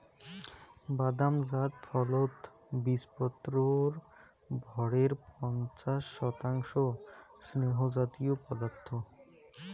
বাদাম জাত ফলত বীচপত্রর ভরের পঞ্চাশ শতাংশ স্নেহজাতীয় পদার্থ